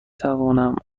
توانم